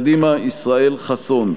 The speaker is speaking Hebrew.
קדימה: ישראל חסון.